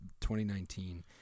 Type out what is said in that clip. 2019